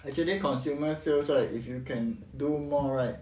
actually consumer sales right if you can do more right